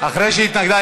אחרי שהיא התנגדה,